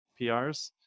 PRs